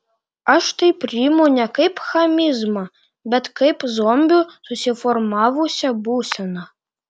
aš tai priimu ne kaip chamizmą bet kaip zombių susiformavusią būseną